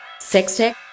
sextech